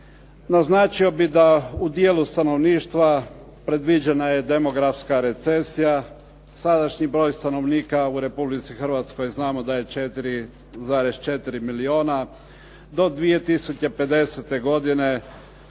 Naznačio bih da u dijelu stanovništva predviđena je demografska recesija, sadašnji broj stanovnika u Republici Hrvatskoj znamo da je 4,4 milijuna. Do 2050. godine